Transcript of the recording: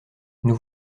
nous